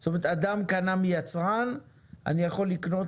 זאת אומרת אדם קנה מיצרן אני יכול לקנות